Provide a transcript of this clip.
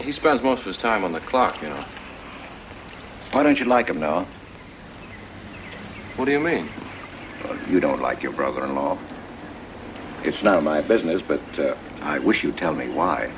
he spends most of time on the clock you know why don't you like him now what do you mean you don't like your brother in law it's not my business but i wish you'd tell me why